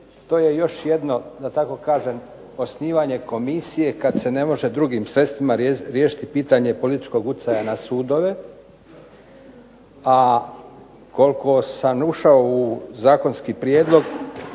To je još jedno, da tako kažem, osnivanje komisije kad se ne može drugim sredstvima riješiti pitanje političkog utjecaja na sudove. A koliko sam ušao u zakonski prijedlog